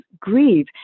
grieve